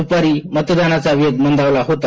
दुपारी मतदानाचा वेग मंदावला होता